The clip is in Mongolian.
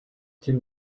тэр